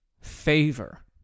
favor